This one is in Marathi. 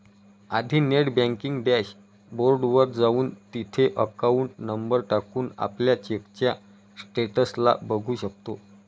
आधी नेट बँकिंग डॅश बोर्ड वर जाऊन, तिथे अकाउंट नंबर टाकून, आपल्या चेकच्या स्टेटस ला बघू शकतो